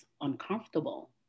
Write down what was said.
uncomfortable